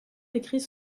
décrit